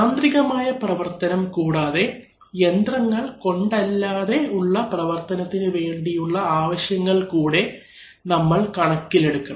യാന്ത്രികമായ പ്രവർത്തനം കൂടാതെ യന്ത്രങ്ങൾകൊണ്ടല്ലാതെ ഉള്ള പ്രവർത്തനത്തിനു വേണ്ടിയുള്ള ആവശ്യങ്ങൾ കൂടേ നമ്മൾ കണക്കിലെടുക്കണം